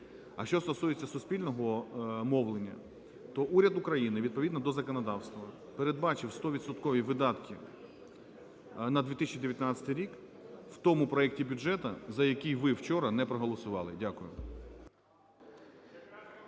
А що стосується суспільного мовлення, то уряд України відповідно до законодавства передбачив 100-відсоткові видатки на 2019 рік в тому проекті бюджету, за який ви вчора не проголосували. Дякую.